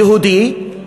יהודי,